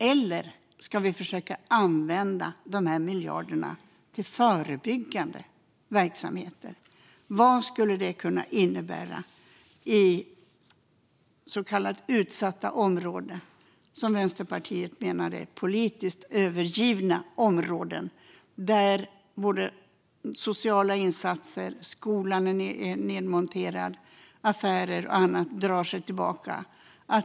Eller ska vi försöka använda dessa miljoner till förebyggande verksamhet? Vad skulle det kunna innebära i så kallade utsatta områden - som Vänsterpartiet menar är politiskt övergivna områden? Det är områden där sociala insatser och skolan är nedmonterade och där affärer och annat drar sig tillbaka.